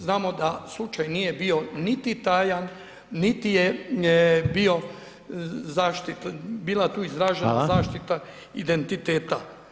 Znamo da slučaj nije bio niti tajan, niti je bio zaštita, bila tu izražena [[Upadica: Hvala.]] zaštita identiteta.